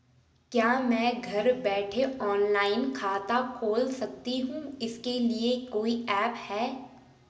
क्या मैं घर बैठे ऑनलाइन खाता खोल सकती हूँ इसके लिए कोई ऐप है?